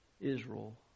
Israel